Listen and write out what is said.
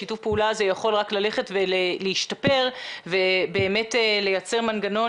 שיתוף הפעולה הזה יכול רק ללכת ולהשתפר ובאמת לייצר מנגנון